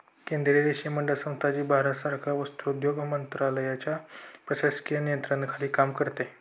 केंद्रीय रेशीम मंडळ संस्था, जी भारत सरकार वस्त्रोद्योग मंत्रालयाच्या प्रशासकीय नियंत्रणाखाली काम करते